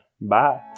bye